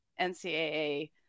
NCAA